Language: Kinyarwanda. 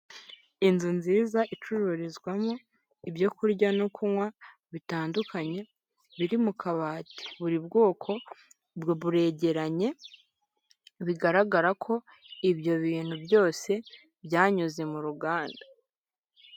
Inzu nziza icururizwamo ibyo kurya no kunywa bitandukanye biri mu kabati, buri bwoko buregeranye bigaragara ko ibyo bintu byose byanyuze mu ruganda.